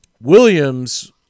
Williams